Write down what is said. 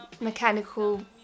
mechanical